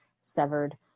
severed